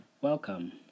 welcome